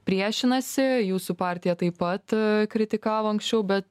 priešinasi jūsų partija taip pat kritikavo anksčiau bet